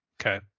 okay